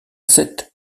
sept